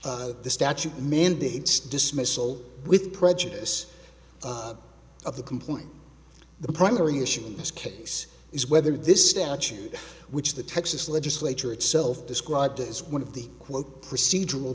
d the statute mandates dismissal with prejudice of the complaint the primary issue in this case is whether this statute which the texas legislature itself described as one of the quote procedural